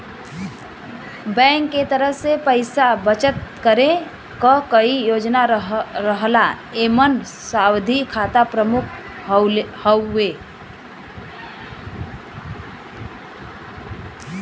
bank के तरफ से पइसा बचत करे क कई योजना रहला एमन सावधि खाता प्रमुख हउवे